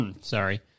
Sorry